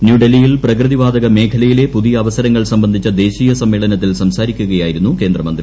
ന്യൂഡൽഹിയിൽ പ്രകൃതിവാതക മേഖലയിലെ പുതിയ അവസരങ്ങൾ സംബന്ധിച്ച ദേശീയ സമ്മേളനത്തിൽ സംസാരിക്കുകയായിരുന്നു കേന്ദ്രമന്തി